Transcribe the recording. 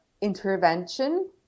intervention